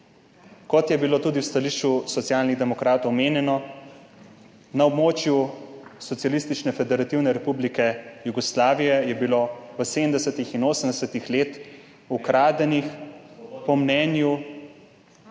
Kot je bilo tudi v stališču Socialnih demokratov omenjeno, na območju Socialistične federativne republike Jugoslavije je bilo v 70. in 80. letih ukradenih po mnenju